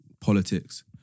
politics